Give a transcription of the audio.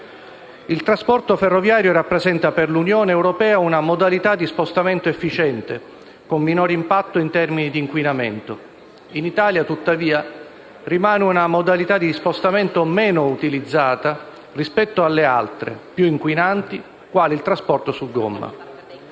Il trasporto ferroviario rappresenta per l'Unione europea una modalità di spostamento efficiente, con minor impatto in termini di inquinamento. In Italia, tuttavia, rimane una modalità di spostamento meno utilizzata rispetto alle altre più inquinanti, quale il trasporto su gomma.